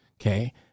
Okay